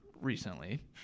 recently